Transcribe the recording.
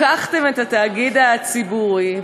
לקחתם את התאגיד הציבורי,